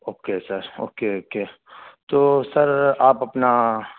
okay sir okay okay تو sir آپ اپنا